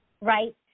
right